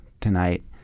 tonight